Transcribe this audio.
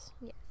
Yes